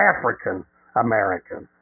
African-American